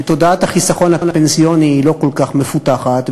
ותודעת החיסכון הפנסיוני היא לא כל כך מפותחת,